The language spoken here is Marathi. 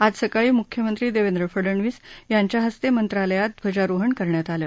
आज सकाळी मुख्यमंत्री देवेंद्र फडनवीस यांच्या हस्ते मंत्रालयात ध्वजारोहण करण्यात आलं